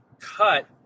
cut